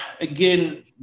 again